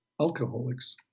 alcoholics